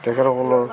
তেখেতসকলৰ